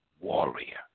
warrior